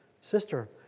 sister